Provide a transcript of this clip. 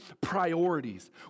priorities